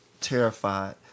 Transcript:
terrified